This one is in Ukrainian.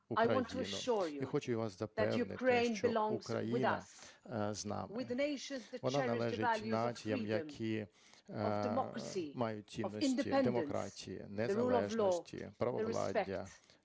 І хочу вас запевнити, що Україна з нами, вона належить націям, які мають цінності демократії, незалежності, правовладдя,